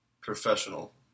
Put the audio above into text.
professional